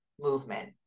movement